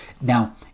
Now